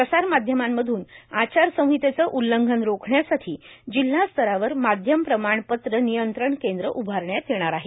प्रसार माध्यमांमध्न आचार संहितेचे उल्लंघन रोखण्यासाठी जिल्हास्तरावर माध्यम प्रमाणपत्र नियंत्रण केंद्र उभारण्यात येणार आहे